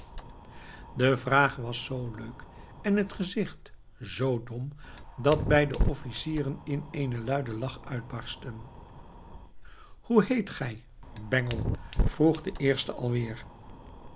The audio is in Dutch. de vraag was z leuk en het gezicht z dom dat beide officieren in eenen luiden lach uitbarstten hoe heet gij bengel vroeg de eerste alweer